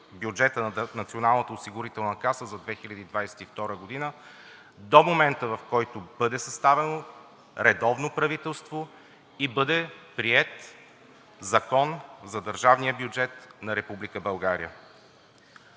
бюджета на Националната осигурителна каса за 2022 г. до момента, в който бъде съставено редовно правителство и бъде приет закон за държавния бюджет на